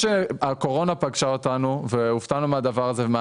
כשהקורונה פגשה אותנו בהפתעה ולא ידענו